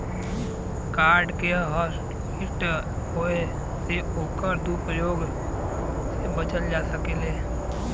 card के hotlist होये से ओकर दुरूप्रयोग से बचल जा सकलै